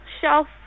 shelf